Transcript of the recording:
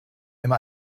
immer